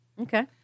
Okay